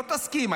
לא תסכים,